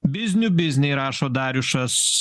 biznių bizniai rašo dariušas